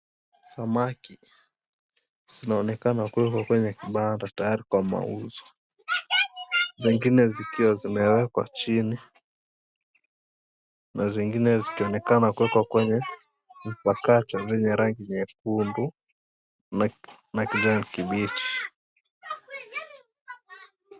Samaki zinaonekana kuwekwa kwenye kibanda tayari kwa mauzo. Zingine zikiwa zimewekwa chini na zingine zikionekana zimewekwa kwenye vipakacha vyenye rangi nyekundu na kijani kibichi.